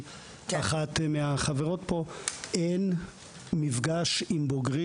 אין מפגש עם בוגרים.